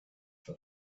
for